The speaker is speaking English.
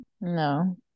No